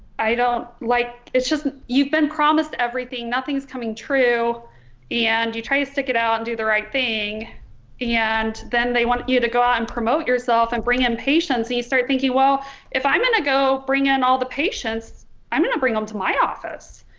i don't like it's just you've been promised everything, nothing's coming true and you try to stick it out and do the right thing and then they want you to go out and promote yourself and bring in patients you you start thinking well if i'm gonna go bring in all the patients i'm gonna bring them um to my office.